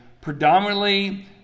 predominantly